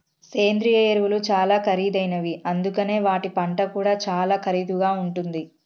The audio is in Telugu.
సేంద్రియ ఎరువులు చాలా ఖరీదైనవి అందుకనే వాటి పంట కూడా చాలా ఖరీదుగా ఉంటుంది